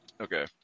Okay